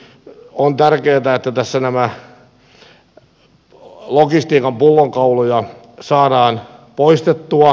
on tärkeätä että tässä näitä logistiikan pullonkauloja saadaan poistettua